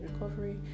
recovery